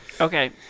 Okay